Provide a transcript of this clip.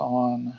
on